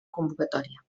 convocatòria